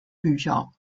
bücher